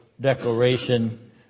declaration